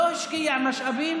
לא השקיע משאבים